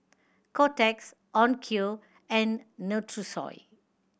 Kotex Onkyo and Nutrisoy